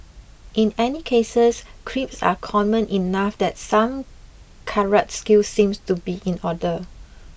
in any cases creeps are common enough that some karate skills seem to be in order